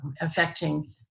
affecting